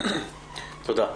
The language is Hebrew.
תודה.